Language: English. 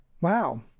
Wow